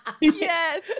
Yes